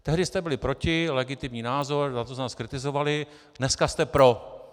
Tehdy jste byli proti, legitimní názor, za to jsme vás kritizovali dneska jste pro.